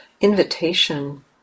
invitation